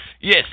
Yes